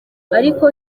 ariko